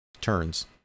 turns